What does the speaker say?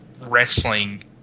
wrestling